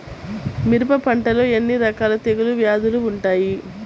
మిరప పంటలో ఎన్ని రకాల తెగులు వ్యాధులు వుంటాయి?